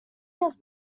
was